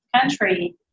country